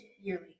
yearly